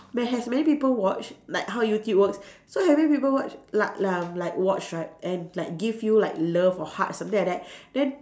ma~ has many people watch like how YouTube works so having people watch la~ la~ like watch right and like give you like love or hugs something like then